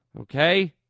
Okay